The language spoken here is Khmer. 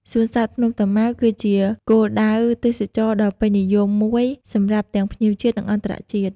សួនសត្វភ្នំតាម៉ៅគឺជាគោលដៅទេសចរណ៍ដ៏ពេញនិយមមួយសម្រាប់ទាំងភ្ញៀវជាតិ និងអន្តរជាតិ។